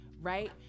right